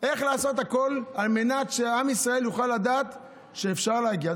איך לעשות הכול על מנת שעם ישראל יוכל לדעת שאפשר להגיע.